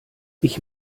ich